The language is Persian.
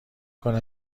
کنم